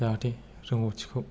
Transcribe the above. जाहाथे रोंगौथिखौ